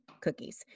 cookies